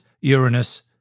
Uranus